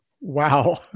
Wow